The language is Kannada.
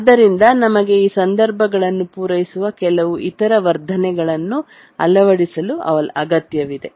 ಆದ್ದರಿಂದ ನಮಗೆ ಈ ಸಂದರ್ಭಗಳನ್ನು ಪೂರೈಸುವ ಕೆಲವು ಇತರ ವರ್ಧನೆಗಳನ್ನು ಅಳವಡಿಸಲು ಅಗತ್ಯವಿದೆ